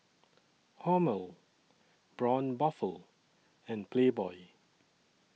Hormel Braun Buffel and Playboy